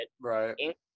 Right